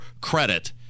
credit